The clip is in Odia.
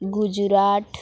ଗୁଜୁରାଟ